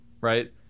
right